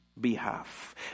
behalf